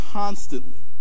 constantly